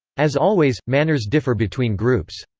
as always, manners differ between groups.